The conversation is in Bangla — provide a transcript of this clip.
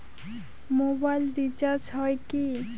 মোবাইল রিচার্জ হয় কি?